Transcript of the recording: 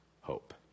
hope